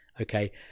okay